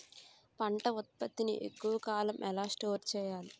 పంట ఉత్పత్తి ని ఎక్కువ కాలం ఎలా స్టోర్ చేయాలి?